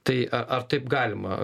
tai ar taip galima